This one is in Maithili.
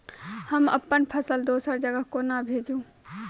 हम अप्पन फसल दोसर जगह कोना भेजू?